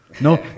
no